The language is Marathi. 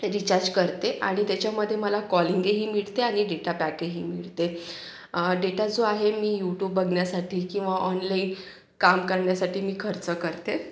रिचार्ज करते आणि त्याच्यामध्ये मला कॉलिंगही मिळते आणि डेटा पॅकही मिळते डेटा जो आहे मी यूटूब बघण्यासाठी किंवा ऑनलाईन काम करण्यासाठी मी खर्च करते